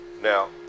Now